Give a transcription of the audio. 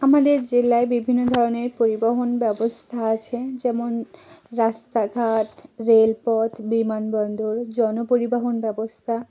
আমাদের জেলায় বিভিন্ন ধরনের পরিবহন ব্যবস্থা আছে যেমন রাস্তাঘাট রেলপথ বিমানবন্দর জন পরিবহন ব্যবস্থা